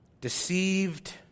deceived